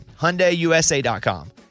HyundaiUSA.com